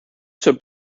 zur